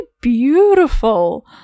beautiful